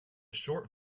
short